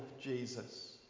Jesus